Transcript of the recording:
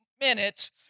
minutes